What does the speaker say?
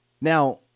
Now